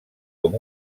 com